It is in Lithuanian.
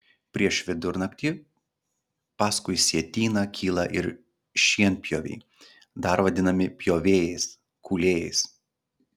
prieš vidurnaktį paskui sietyną kyla ir šienpjoviai dar vadinami pjovėjais kūlėjais